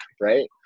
right